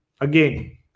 Again